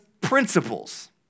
principles